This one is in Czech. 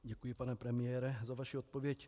Děkuji, pane premiére, za vaši odpověď.